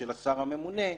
של השר הממונה,